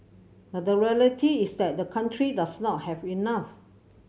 but the reality is that the country does not have enough